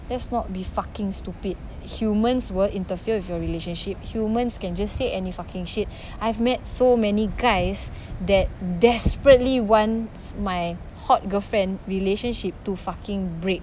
let's not be fucking stupid humans will interfere with your relationship humans can just say any fucking shit I've met so many guys that desperately wants my hot girlfriend relationship to fucking break